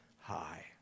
high